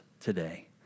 today